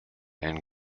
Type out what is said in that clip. and